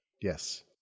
Yes